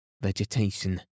vegetation